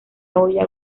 hoya